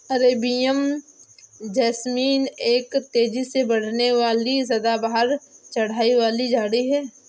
Arabian jasmine एक तेजी से बढ़ने वाली सदाबहार चढ़ाई वाली झाड़ी है